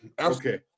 Okay